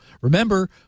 Remember